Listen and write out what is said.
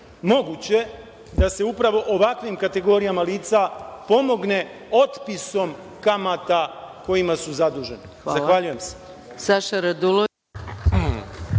moguće da se upravo ovakvim kategorijama lica pomogne otpisom kamata kojima su zaduženi? Zahvaljujem se.